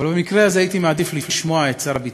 אבל במקרה הזה הייתי מעדיף לשמוע את שר הביטחון.